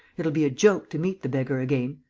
it'll be a joke to meet the beggar again!